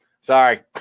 sorry